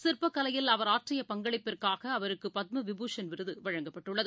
சிற்பக் கலையில் அவர் ஆற்றிய பங்களிப்புக்காகஅவருக்குபத்மவிபூஷன் விருதுவழங்கப்பட்டுள்ளது